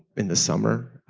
in the summer.